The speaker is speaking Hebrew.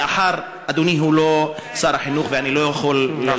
מאחר שאדוני הוא לא שר החינוך ואני לא יכול, נכון.